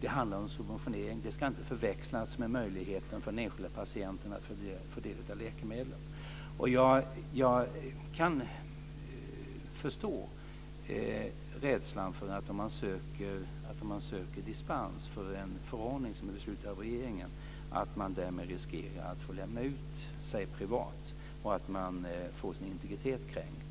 Det handlar om subventionering. Det ska inte förväxlas med möjligheten för den enskilda patienten att få del av läkemedlen. Jag kan förstå rädslan och att man, om man söker dispens från en förordning som är beslutad av regeringen, riskerar att lämna ut sig privat och få sin integritet kränkt.